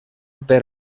per